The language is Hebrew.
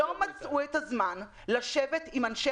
אנשי משרד הבריאות לא מצאו זמן לשבת עם אנשי